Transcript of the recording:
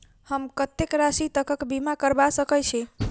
हम कत्तेक राशि तकक बीमा करबा सकै छी?